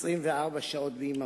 בייחוד מפני הפשע